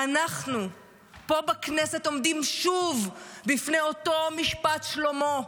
ואנחנו פה בכנסת עומדים שוב בפני אותו משפט שלמה,